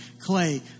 clay